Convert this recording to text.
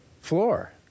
floor